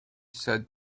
said